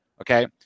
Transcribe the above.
okay